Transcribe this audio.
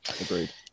Agreed